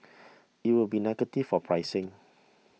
it would be negative for pricing